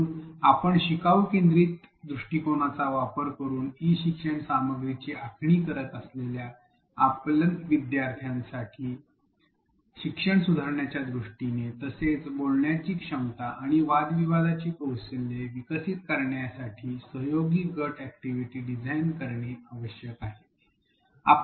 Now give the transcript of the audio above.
म्हणून आपण शिकवू केंद्रित दृष्टिकोनाचा वापर करुन ई शिक्षण सामग्रीची आखणी करीत असलेल्या आपण विद्यार्थ्यांसाठी शिक्षण सुधारण्याच्या दृष्टीने तसेच बोलण्याची क्षमता आणि वादविवादाची कौशल्ये विकसित करण्यासाठी सहयोगी गट अॅक्टिव्हिटी डिझाईन करणे आवश्यक आहे